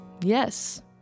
Yes